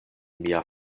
mia